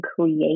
create